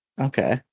Okay